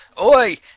Oi